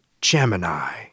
Gemini